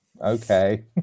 okay